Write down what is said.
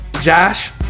Josh